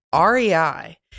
REI